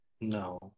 no